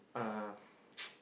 uh